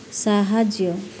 ସାହାଯ୍ୟ